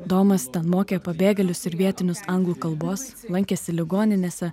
domas ten mokė pabėgėlius ir vietinius anglų kalbos lankėsi ligoninėse